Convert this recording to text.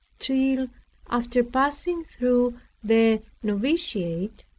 till after passing through the novitiate,